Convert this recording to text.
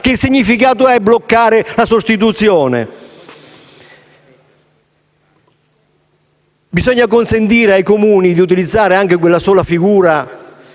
ha, in questo caso, bloccarne la sostituzione? Bisogna consentire ai Comuni di utilizzare anche quella sola figura